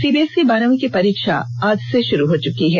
CBSE बारहवीं की परीक्षा आज से शुरू हो चुकी है